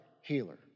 healer